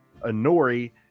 anori